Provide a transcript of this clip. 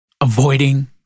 Avoiding